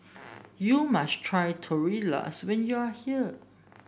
you must try Tortillas when you are here